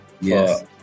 yes